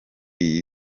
iyi